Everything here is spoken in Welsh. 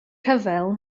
rhyfel